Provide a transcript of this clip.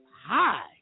hi